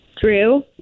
Drew